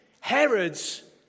Herod's